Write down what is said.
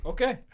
Okay